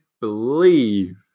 believe